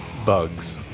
bugs